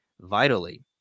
vitally